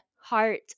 heart